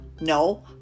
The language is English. No